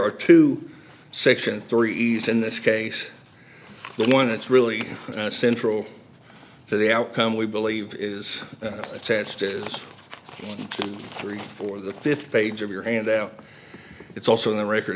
are two section three e s in this case the one that's really central to the outcome we believe is the test is three for the fifth page of your handout it's also in the record